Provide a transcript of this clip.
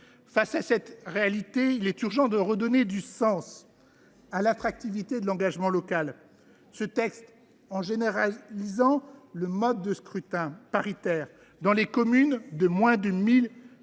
Face à cette réalité, il est urgent de redonner du sens et de l’attractivité à l’engagement local. Ce texte, en généralisant le scrutin de liste paritaire pour les communes de moins de 1 000